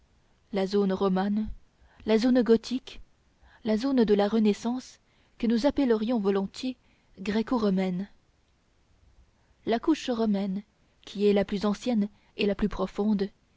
la zone romane la zone gothique la zone de la renaissance que nous appellerions volontiers gréco romaine la couche romane qui est la plus ancienne et la plus profonde